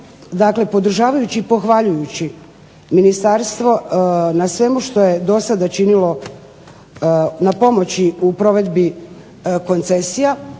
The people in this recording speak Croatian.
dakle podržavajući i pohvaljujući Ministarstvo na svemu što je do sada činilo na pomoći u provedbi koncesija,